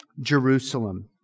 Jerusalem